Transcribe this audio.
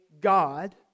God